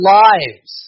lives